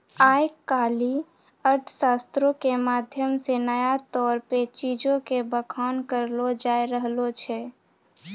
आइ काल्हि अर्थशास्त्रो के माध्यम से नया तौर पे चीजो के बखान करलो जाय रहलो छै